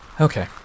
Okay